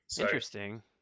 Interesting